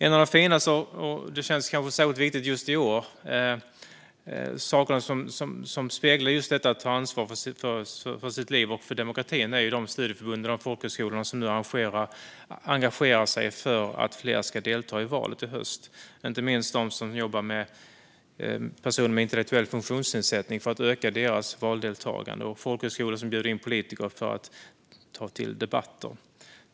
En av de finaste saker som speglar detta att ta ansvar för sitt liv och för demokratin - något som kanske känns särskilt viktigt just i år - är de studieförbund och folkhögskolor som nu arrangerar sig för att fler ska delta i valet i höst. Det gäller inte minst dem som jobbar med personer med intellektuell funktionsnedsättning för att öka deras valdeltagande. Det gäller även folkhögskolor som bjuder in politiker till debatter.